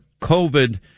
COVID